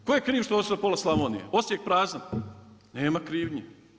Tko je kriv što je ostalo pola Slavonije, Osijek prazan, nema krivnje.